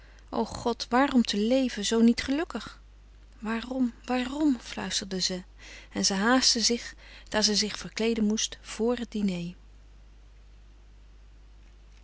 o god waarom te leven zoo niet gelukkig waarom waarom fluisterde ze en ze haastte zich daar ze zich verkleeden moest vor het diner